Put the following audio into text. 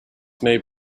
made